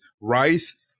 rice